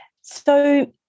so-